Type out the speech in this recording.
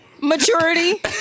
Maturity